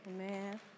Amen